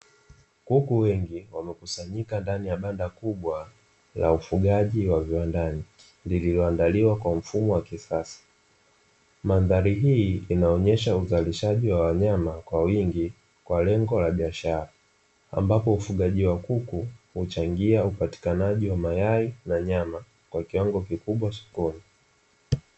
Kuku wengi wamekusanyika ndani ya banda kubwa la ufugaji wa viwandani lililoandaliwa kwa mfumo wa kisasa, mandhari hii inaonyesha uzalishaji wa wanyama kwa wingi kwa lengo la biashara ambapo ufugaji wa kuku huchangia upatikanaji wa mayai na nyama kwa kiwango kikubwa sokoni.